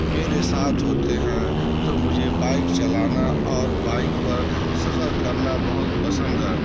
میرے ساتھ ہوتے ہیں تو مجھے بائک چلانا اور بائک پر سفر کرنا بہت پسند ہے